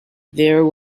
there